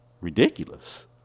ridiculous